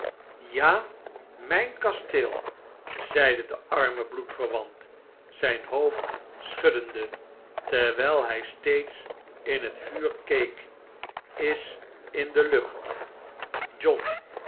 ja myn kasteel zeide de arme bloedverwant zyn hoofd schuddende terwijl hij steeds in het vuur keek is in de lucht john